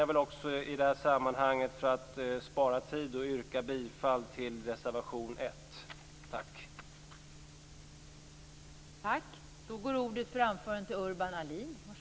Jag vill i det här sammanhanget yrka bifall till reservation 1. Tack!